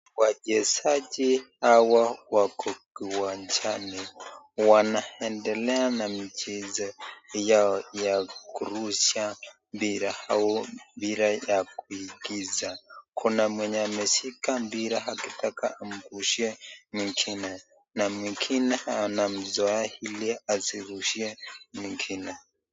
wachezaji hawa wako kiwanjani, wanaendelea na michezo yao ya kurusha mpira au ampira ya kuigiza. Kuna mwenye ameshika mpira akitaka hamrushie mwingine, na mwengine anamzuia ili asirushie mwinge.